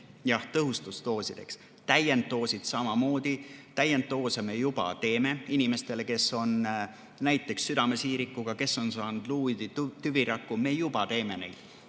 tõhustusdoosideks. Täienddoosidega on samamoodi. Täienddoose me juba teeme inimestele, kes on näiteks südamesiirikuga või kes on saanud luuüdi tüviraku. Me juba teeme neid.